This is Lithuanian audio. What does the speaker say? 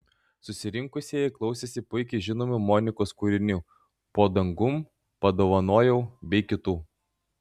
susirinkusieji klausėsi puikiai žinomų monikos kūrinių po dangum padovanojau bei kitų